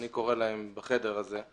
אני קורא להם בחדר הזה.